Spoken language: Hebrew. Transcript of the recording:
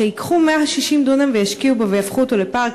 שייקחו 160 דונם וישקיעו ויהפכו את זה לפארק,